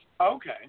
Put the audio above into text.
Okay